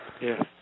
Yes